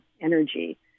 energy